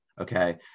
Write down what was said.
Okay